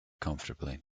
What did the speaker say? comfortably